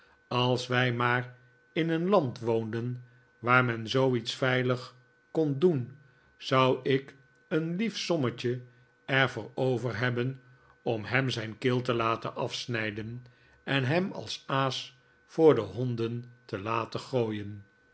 als wij maar in een land woonden waar men zooiets veilig kon doen zou ik een lief sommetje er voor over hebben om hem zijn keel te laten afsnijden en hem als aas voor de honden te laten gooien